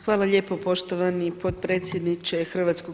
Hvala lijepo poštovani podpredsjedniče HS.